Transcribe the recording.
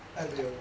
I will